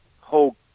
whole